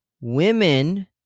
women